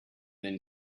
then